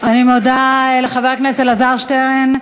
חבר הכנסת שטרן, אני מודה לחבר הכנסת אלעזר שטרן.